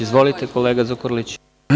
Izvolite, kolega Zukorliću.